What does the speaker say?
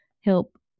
help